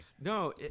No